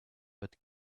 but